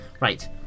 right